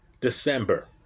December